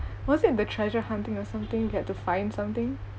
was it the treasure hunting or something they had to find something